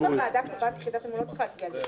אם הוועדה קובעת את יחידת המימון לא צריך להצביע על זה.